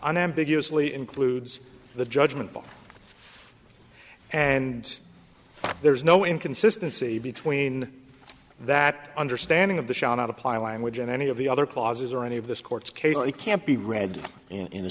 unambiguously includes the judgment and there is no inconsistency between that understanding of the shall not apply language in any of the other clauses or any of this court's case it can't be read in a